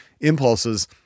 impulses